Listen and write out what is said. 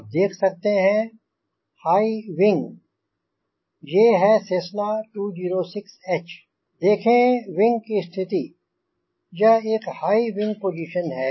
आप देख सकते हैं हाई विंग ये है सेस्ना 206 H देखें विंग की स्थिति यह एक हाई विंग पोज़िशन है